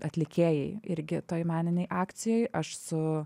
atlikėjai irgi toj meninėj akcijoj aš su